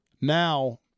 Now